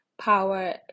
power